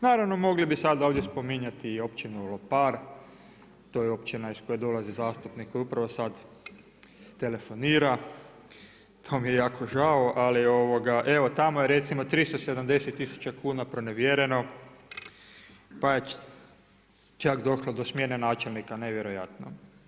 Naravno, mogli bi sada ovdje spominjati Općinu Lopar, to je općina iz koje dolazi zastupnik koji upravo sad telefonira, to mi je jako žao, ali evo tamo je recimo 370 tisuća kuna pronevjereno, pa čak je došlo do smjene načelnika, nevjerojatno.